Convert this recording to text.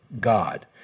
God